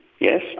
Yes